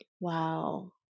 Wow